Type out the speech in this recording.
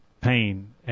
pain